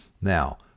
Now